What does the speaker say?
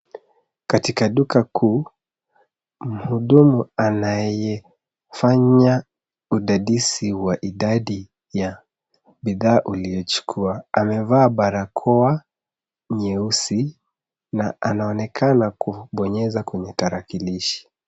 Katika duka kuu, mhudumu anayefanya udadisi wa idadi ya bidhaa uliyochukua, amevaa barakoa nyeusi na anaonekana kubonyeza kwenye tarakilishi.